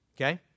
okay